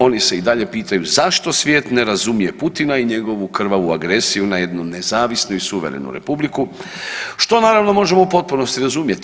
Oni se i dalje pitaju zašto svijet ne razumije Putina i njegovu krvavu agresiju na jednu nezavisnu i suverenu republiku što naravno možemo u potpunosti razumjeti.